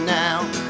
now